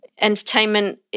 entertainment